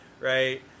right